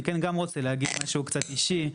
אני כן גם רוצה להגיד משהו קצת אישי,